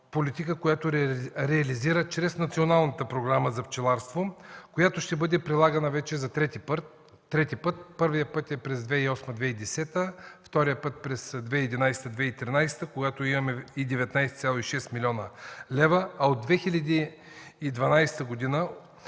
политика, реализирана чрез Националната програма за пчеларство, която ще бъде прилагана вече за трети път. Първият път е през 2008-2010 г., вторият път е през 2011-2013 г., когато имаме 19,6 млн. лв., а от 2012 г.